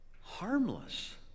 harmless